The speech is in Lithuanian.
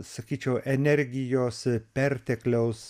sakyčiau energijos pertekliaus